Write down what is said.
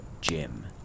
Jim